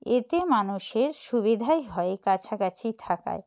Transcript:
এতে মানুষের সুবিধাই হয় কাছাকাছি থাকায়